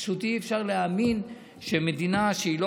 פשוט אי-אפשר להאמין שמדינה שהיא לא